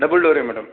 double డోరే madam